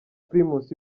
primus